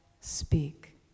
speak